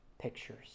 pictures